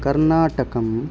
कर्नाटकम्